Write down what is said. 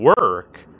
work